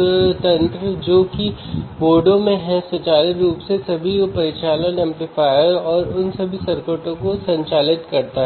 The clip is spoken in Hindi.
क्या भूमिका है